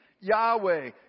Yahweh